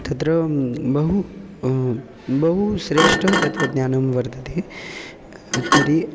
तत्र बहु बहु श्रेष्ठः तत्त्वज्ञानं वर्तते तर्हि